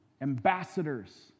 ambassadors